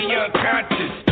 unconscious